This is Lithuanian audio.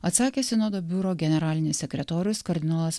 atsakė sinodo biuro generalinis sekretorius kardinolas